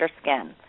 skin